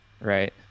right